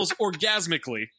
orgasmically